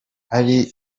ari